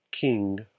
King